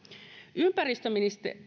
ympäristöministeriön